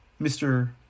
Mr